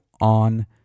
on